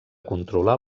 controlar